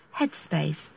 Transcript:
headspace